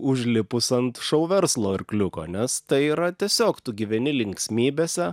užlipus ant šou verslo arkliuko nes tai yra tiesiog tu gyveni linksmybėse